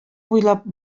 буйлап